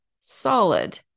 solid